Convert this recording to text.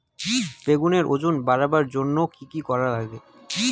বেগুনের ওজন বাড়াবার জইন্যে কি কি করা লাগবে?